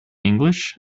english